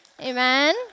Amen